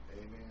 Amen